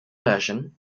version